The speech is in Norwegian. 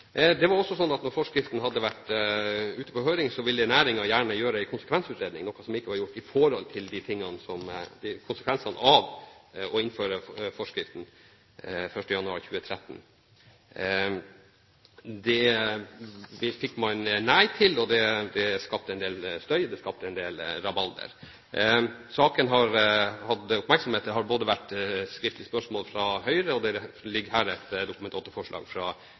Det var også sånn at da forskriften hadde vært ute på høring, ville næringen gjerne gjøre en konsekvensutredning, noe som ikke var gjort med tanke på hva som ble konsekvensen av å innføre forskriften 1. januar 2013. Det fikk man nei til, og det skapte en del støy. Det skapte en del rabalder. Saken har fått stor oppmerksomhet. Det har både vært skriftlig spørsmål fra Høyre, og det ligger her et Dokument 8-forslag fra